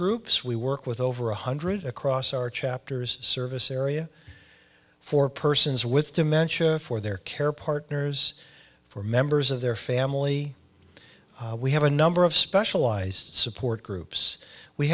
groups we work with over one hundred across our chapters service area for persons with dementia for their care partners for members of their family we have a number of specialized support groups we